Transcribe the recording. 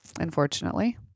unfortunately